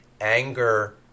anger